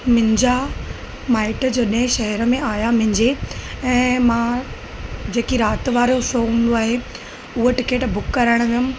मुंहिंजा माइट जॾहिं शहर में आया मुंहिंजे ऐं मां जेकी राति वारो शो हूंदो आहे उहा टिकट बुक करणु वियमि